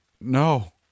No